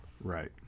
right